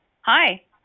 Hi